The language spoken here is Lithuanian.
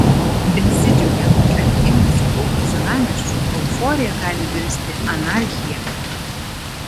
besidžiaugiant atgimusiu kauno senamiesčiu euforija gali virsti anarchija